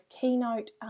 keynote